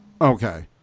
Okay